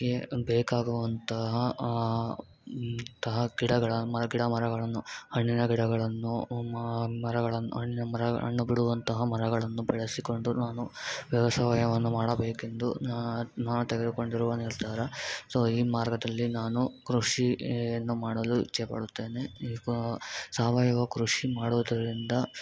ಬೇಕಾಗುವಂತಹ ಅಂತಹ ಗಿಡಗಳ ಗಿಡ ಮರಗಳನ್ನು ಹಣ್ಣಿನ ಗಿಡಗಳನ್ನು ಮ ಮರಗಳನ್ನು ಹಣ್ಣಿನ ಮರಗಳ ಹಣ್ಣು ಬಿಡುವಂತಹ ಮರಗಳನ್ನು ಬೆಳೆಸಿಕೊಂಡು ನಾನು ವ್ಯವಸಾಯವನ್ನು ಮಾಡಬೇಕೆಂದು ನಾ ನಾನು ತೆಗೆದುಕೊಂಡಿರುವ ನಿರ್ಧಾರ ಸೊ ಈ ಮಾರ್ಗದಲ್ಲಿ ನಾನು ಕೃಷಿಯನ್ನು ಮಾಡಲು ಇಚ್ಛೆಪಡುತ್ತೇನೆ ಈಗ ಸಾವಯವ ಕೃಷಿ ಮಾಡುವುದರಿಂದ